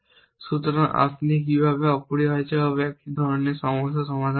সুতরাং আপনি কিভাবে অপরিহার্যভাবে এই ধরনের একটি সমস্যা সমাধান করবেন